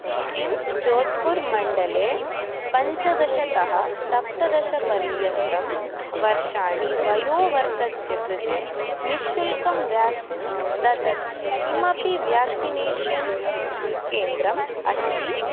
किं जोध्पुर् मण्डले पञ्चदशतः सप्तदशपर्यन्तम् वर्षाणि वयोवर्गस्य कृते निःशुल्कं व्याक्सिन्स् ददत् किमपि व्याक्सिनेषन् केन्द्रम् अस्ति